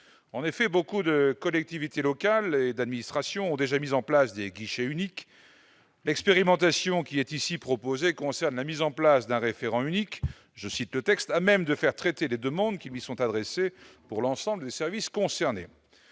en effet beaucoup de collectivités locales d'administrations ont déjà mis en place des guichets uniques. L'expérimentation qui est ici proposé concerne la mise en place d'un référent unique, je cite le texte à même de faire traiter les demandes qui lui sont adressées pour l'ensemble des services concernés.